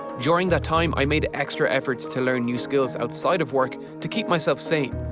during that time i made extra efforts to learn new skills outside of work to keep myself sane.